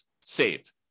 saved